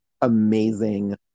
amazing